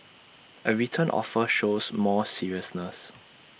A written offer shows more seriousness